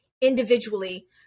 individually